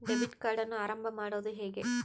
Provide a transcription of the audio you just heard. Debit ಕಾರ್ಡನ್ನು ಆರಂಭ ಮಾಡೋದು ಹೇಗೆ?